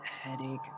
headache